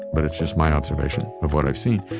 but it's just my observation of what i've seen,